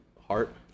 heart